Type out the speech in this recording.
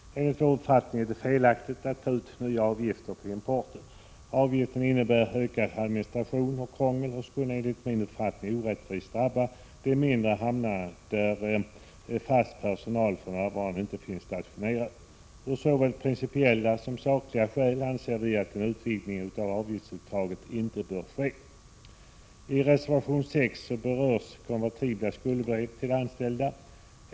Enligt vår uppfattning är det felaktigt att ta ut nya avgifter på importen. Avgiften innebär ökad administration och krångel och skulle, enligt min uppfattning, orättvist drabba de mindre hamnarna där fast personal för närvarande inte finns stationerad. Av såväl principiella som sakliga skäl anser vi att utvidgningen av avgiftsuttaget inte bör ske. I reservation 6 berörs konvertibla skuldebrev till anställda.